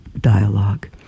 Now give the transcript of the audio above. dialogue